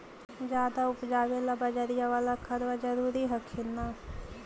ज्यादा उपजाबे ला बजरिया बाला खदबा जरूरी हखिन न?